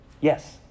yes